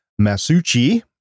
Masucci